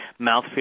mouthfeel